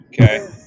okay